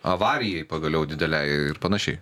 avarijai pagaliau didelei ir panašiai